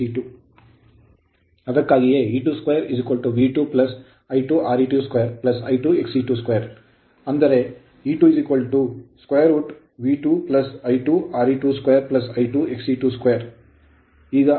ಅದಕ್ಕಾಗಿಯೇ E 2 V2 I2 Re2 2 I2 Xe2 2 ಅಂದರೆ E2 2 √ V2 I2 Re2 2 I2 Xe2 2